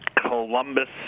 Columbus